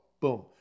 Boom